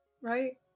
right